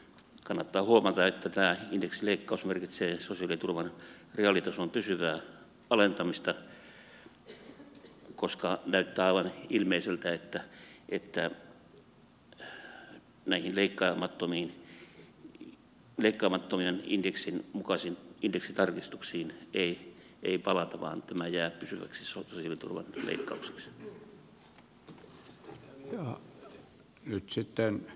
kannattaa huomata että tämä indeksileikkaus merkitsee sosiaaliturvan reaalitason pysyvää alentamista koska näyttää aivan ilmeiseltä että näihin leikkaamattomien indeksien mukaisiin indeksitarkistuksiin ei palata vaan tämä jää pysyväksi sosiaaliturvan leikkaukseksi